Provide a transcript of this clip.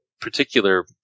particular